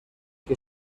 que